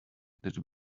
that